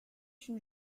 une